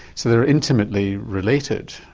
so they're intimately related,